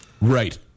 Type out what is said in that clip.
Right